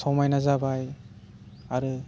समायना जाबाय आरो